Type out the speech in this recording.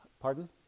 Pardon